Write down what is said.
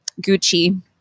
Gucci